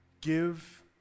give